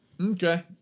Okay